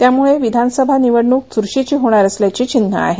त्यामुळे विधानसभा निवडणूक च्रशीची होणार असल्याची चिन्हं आहेत